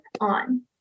on